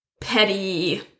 petty